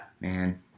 man